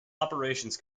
operations